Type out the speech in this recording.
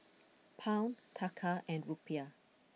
Pound Taka and Rupiah